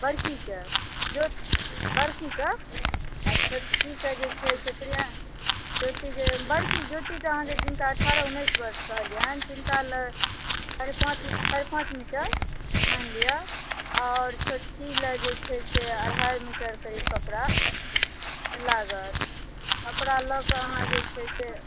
बड़कीके जो बड़कीके आ छोटकीके जे छै से प्रिया ज्योति बड़की ज्योतिके जिनका अहाँ अठारह उन्नैस बरषक कहलियनि तिनका लऽ साढ़े पाँच मीटर मानि लिअ आओर छोटकी लऽ जे छै से अढ़ाइ मीटर करीब कपड़ा से लागत कपड़ा लऽ के अहाँ जे छै से